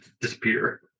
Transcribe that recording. disappear